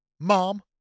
Mom